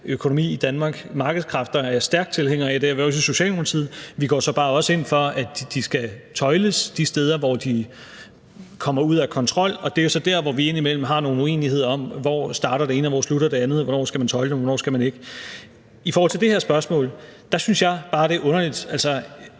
økonomi i Danmark. Markedskræfter er jeg stærk tilhænger af, og det er vi også i Socialdemokratiet; vi går så bare også ind for, at de skal tøjles de steder, hvor de kommer ud af kontrol. Og det er jo så der, hvor vi indimellem har nogle uenigheder om, hvor det ene starter, og hvor det andet slutter; hvornår man skal tøjle det, og hvornår man ikke skal. I forhold til det her spørgsmål synes jeg bare, det er underligt, hvad